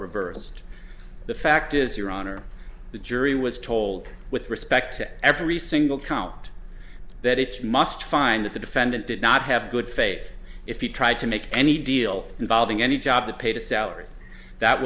reversed the fact is your honor the jury was told with respect to every single count that each must find at the fended did not have good faith if he tried to make any deal involving any job that paid a salary that